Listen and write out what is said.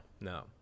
no